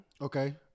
Okay